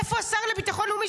איפה השר לביטחון לאומי?